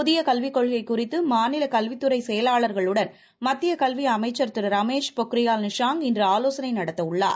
புதியகல்விக் கொள்கைகுறித்துமாநிலகல்வித்துறைசெயலாளர்களுடன் மத்தியகல்விஅமைச்சர் திரு ரமேஷ் பொக்ரியால் நிஷாங் இன்றுஆலோசனைநடத்தஉள்ளார்